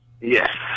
Yes